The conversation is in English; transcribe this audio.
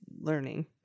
learning